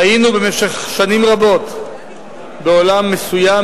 חיינו במשך שנים רבות בעולם מסוים,